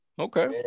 Okay